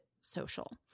social